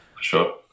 sure